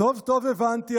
"טוב, טוב, הבנתי.